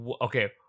okay